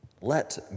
Let